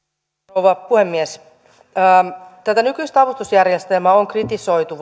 rouva puhemies tätä nykyistä avustusjärjestelmää on kritisoitu